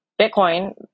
bitcoin